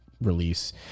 release